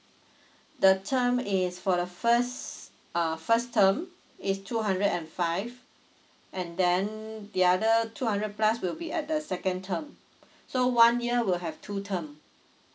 the term is for the first uh first term it's two hundred and five and then the other two hundred plus will be at the second term so one year will have two term